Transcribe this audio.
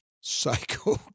psycho